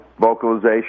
vocalization